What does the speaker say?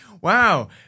Wow